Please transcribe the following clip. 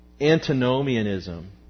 antinomianism